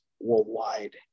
worldwide